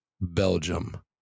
Belgium